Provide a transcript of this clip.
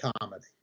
comedy